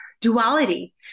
duality